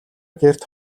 гэрт